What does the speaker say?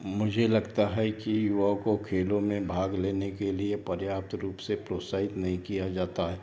मुझे लगता है कि युवाओं को खेलों में भाग लेने के लिए पर्याप्त रूप से प्रोत्साहित नहीं किया जाता है